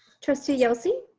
trustee yelsey.